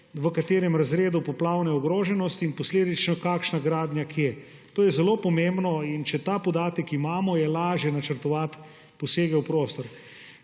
v katerem razredu poplavne ogroženosti in posledično kakšna gradnja kje. To je zelo pomembno in če ta podatek imamo, je lažje načrtovati posege v prostor.